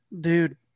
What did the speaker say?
dude